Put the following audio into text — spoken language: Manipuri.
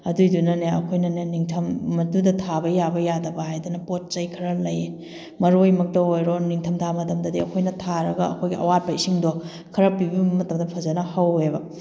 ꯑꯗꯨꯏꯗꯨꯅꯅꯦ ꯑꯩꯈꯣꯏꯅꯅꯦ ꯅꯤꯡꯊꯝ ꯃꯗꯨꯗ ꯊꯥꯕ ꯌꯥꯕ ꯌꯥꯗꯕ ꯍꯥꯏꯗꯅ ꯄꯣꯠ ꯆꯩ ꯈꯔ ꯂꯩ ꯃꯔꯣꯏꯃꯛꯇ ꯑꯣꯏꯔꯣ ꯅꯤꯡꯊꯝꯊꯥ ꯃꯇꯝꯗꯗꯤ ꯑꯩꯈꯣꯏꯅ ꯊꯥꯔꯒ ꯑꯩꯈꯣꯏꯒꯤ ꯑꯋꯥꯠꯄ ꯏꯁꯤꯡꯗꯣ ꯈꯔ ꯄꯤꯕꯤꯕ ꯃꯇꯝꯗ ꯐꯖꯅ ꯍꯧꯋꯦꯕ